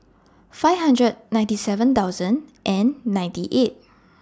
five hundred ninety seven thousand and ninety eight